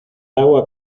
agua